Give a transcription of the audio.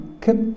kept